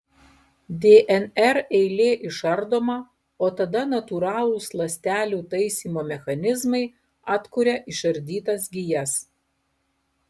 dnr eilė išardoma o tada natūralūs ląstelių taisymo mechanizmai atkuria išardytas gijas